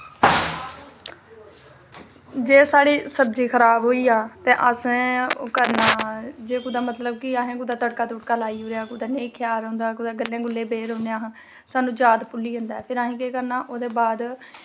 जे साढ़ी सब्जी खराब होई जाऽ ते असें ओह् करना जे कुदै असें कोई तड़का लाई ओड़ेआ कुदै ख्याल होंदा कुदै गल्लें गी बेही रौह्ने आं सानूं याद भुल्ली जंदा ते फिर असें केह् करना ओह्दे बाद